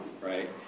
right